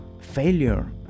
failure